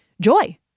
joy